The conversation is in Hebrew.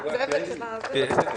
תראו,